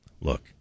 Look